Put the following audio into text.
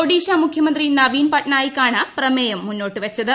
ഒഡീഷ മുഖ്യമന്ത്രി നവീൻ പട്നായിക്കാണ് പ്രമേയം മുന്നോട്ട് വച്ചത്